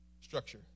structure